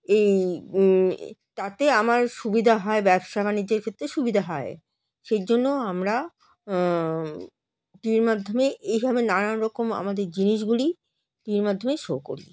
এই তাতে আমার সুবিধা হয় ব্যবসা বাণিজ্যের ক্ষেত্রে সুবিধা হয় সেই জন্য আমরা টিভির মাধ্যমে এইভাবে নানান রকম আমাদের জিনিসগুলি টিভির মাধ্যমে শো করি